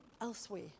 elsewhere